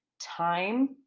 time